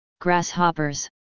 Grasshoppers